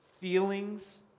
feelings